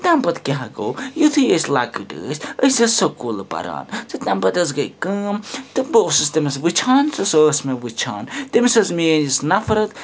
تمہِ پَتہٕ کیٛاہ گوٚو یُتھُےأسۍ لۅکٕٹۍ ٲسۍ أسۍ ٲس سوٚکولہٕ پَران تمہِ پَتہٕ حظ گٔے کٲم تہٕ بہٕ اوسُس تٔمِس وُچھان تہٕ سۄ ٲسۍ مےٚ وُچھان تٔمِس ٲسۍ میٲنٛۍ یِژھ نَفرَت